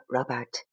Robert